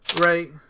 Right